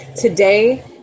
today